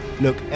Look